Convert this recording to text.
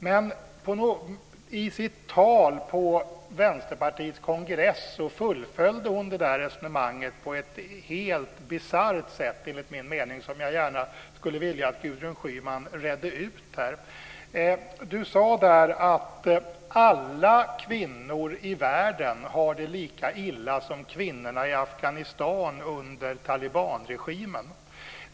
Men i sitt tal på Vänsterpartiets kongress fullföljde hon detta resonemang på ett enligt min mening helt bisarrt sätt, och jag skulle gärna vilja att Gudrun Schyman redde ut här. Hon sade där att alla kvinnor i världen har det lika illa som kvinnorna i Afghanistan under talibanregimen.